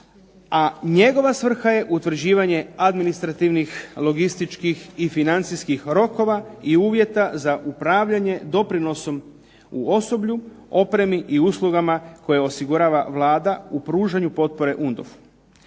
a njegova svrha je utvrđivanje administrativnih, logističkih i financijskih rokova i uvjeta za upravljanje doprinosom u osoblju, opremi i uslugama koje osigurava Vlada u pružanju potpore UNDOF-u.